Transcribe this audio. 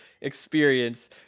experience